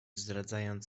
zdradzając